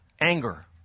anger